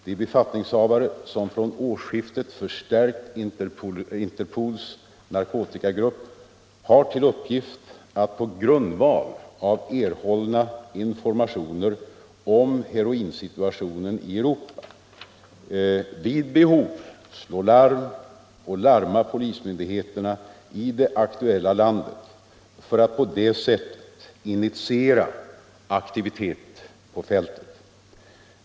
De befattningshavare som från årsskiftet förstärkt Interpols narkotikagrupp har till uppgift att på grundval av erhållna informationer om heroinsituationen i Europa vid behov larma polismyndigheterna i det ak tuella landet och på det sättet initiera aktivitet på fältet.